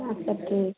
अच्छा ठीक